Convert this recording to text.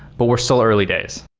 but we're still early days